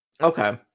Okay